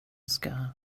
ska